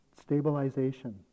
stabilization